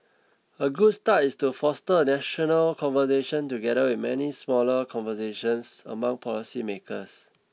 a good start is to foster national conversation together with many smaller conversations among policy makers